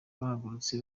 bahagurutse